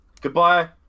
Goodbye